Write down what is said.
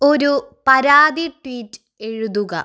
ഒരു പരാതി ട്വീറ്റ് എഴുതുക